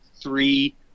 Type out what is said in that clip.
three